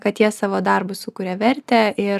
kad jie savo darbu sukuria vertę ir